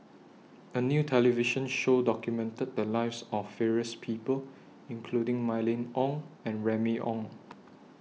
A New television Show documented The Lives of various People including Mylene Ong and Remy Ong